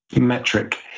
metric